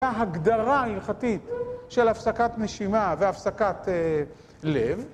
ההגדרה ההלכתית של הפסקת נשימה והפסקת לב